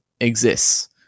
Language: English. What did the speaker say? exists